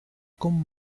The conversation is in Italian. con